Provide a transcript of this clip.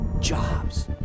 Jobs